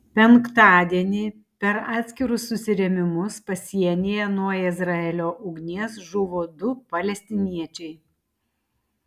penktadienį per atskirus susirėmimus pasienyje nuo izraelio ugnies žuvo du palestiniečiai